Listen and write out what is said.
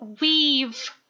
Weave